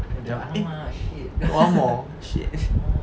they like eh one more shit